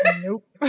Nope